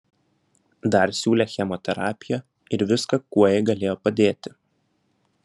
dar siūlė chemoterapiją ir viską kuo jai galėjo padėti